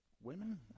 women